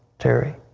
terry?